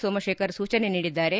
ಸೋಮಶೇಖರ್ ಸೂಚನೆ ನೀಡಿದ್ದಾರೆ